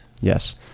Yes